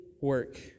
work